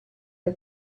who